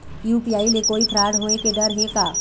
UPI ले कोई fraud होए के डर हे का?